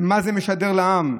מה זה משדר לעם?